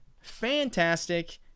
fantastic